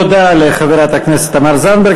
תודה לחברת הכנסת תמר זנדברג.